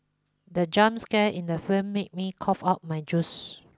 the jump scare in the film made me cough out my juice